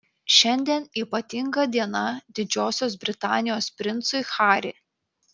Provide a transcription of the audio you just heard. šiandien ypatinga diena didžiosios britanijos princui harry